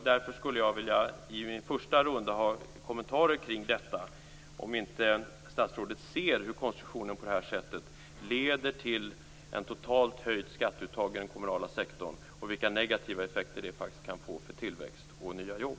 Därför skulle jag vilja i min första runda ha kommentarer kring detta. Ser inte statsrådet hur konstruktionen på det här sättet leder till ett totalt höjt skatteuttag inom den kommunala sektorn och vilka negativa effekter det faktiskt kan få för tillväxt och nya jobb?